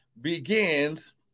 begins